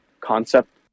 concept